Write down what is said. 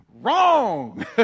Wrong